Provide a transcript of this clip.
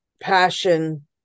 passion